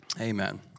Amen